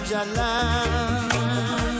Jalan